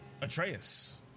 Atreus